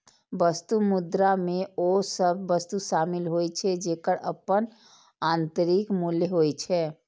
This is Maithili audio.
वस्तु मुद्रा मे ओ सभ वस्तु शामिल होइ छै, जेकर अपन आंतरिक मूल्य होइ छै